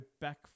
back